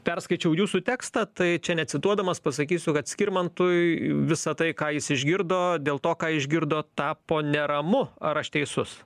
perskaičiau jūsų tekstą tai čia necituodamas pasakysiu kad skirmantui visa tai ką jis išgirdo dėl to ką išgirdo tapo neramu ar aš teisus